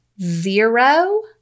zero